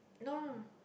no